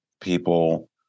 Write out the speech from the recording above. people